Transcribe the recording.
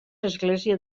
església